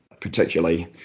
particularly